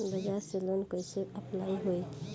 बजाज से लोन कईसे अप्लाई होई?